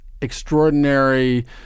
extraordinary